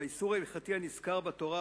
והאיסור ההלכתי הנזכר בתורה,